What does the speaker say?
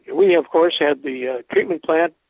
we, of course, had the ah treatment plant,